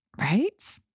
right